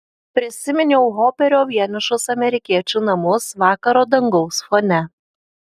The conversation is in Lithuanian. prisiminiau hoperio vienišus amerikiečių namus vakaro dangaus fone